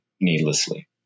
needlessly